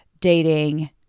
dating